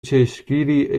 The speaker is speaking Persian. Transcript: چشمگیری